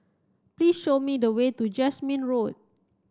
please show me the way to Jasmine Road